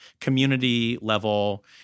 community-level